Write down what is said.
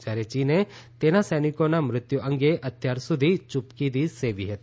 જ્યારે ચીને તેના સૈનિકોના મૃત્યુ અંગે અત્યાર સુધી યૂપકીદી સેવી હતી